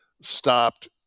stopped